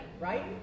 right